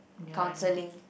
counselling